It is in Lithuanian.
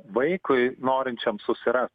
vaikui norinčiam susirast